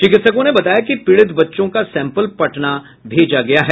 चिकित्सकों ने बताया कि पीड़ित बच्चों का सैंपल पटना में भेजा गया है